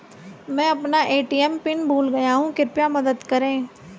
मैं अपना ATM PIN भूल गया हूँ कृपया मदद करें